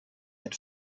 had